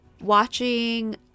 watching